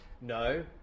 No